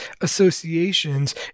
associations